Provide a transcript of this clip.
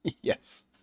Yes